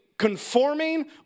Conforming